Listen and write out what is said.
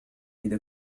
إذا